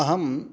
अहं